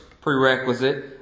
prerequisite